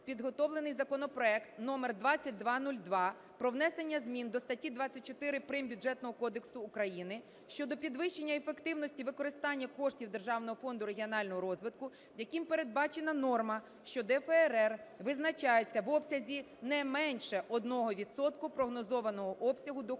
підготовлений законопроект (№ 2202) про внесення змін до статті 24 прим. Бюджетного кодексу щодо підвищення ефективності використання коштів Державного фонду регіонального розвитку, яким передбачена норма, що ДФРР визначається в обсязі не менше 1 відсотку прогнозованого обсягу доходів